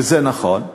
וזה נכון,